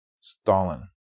Stalin